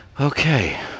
Okay